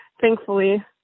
thankfully